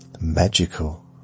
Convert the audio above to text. magical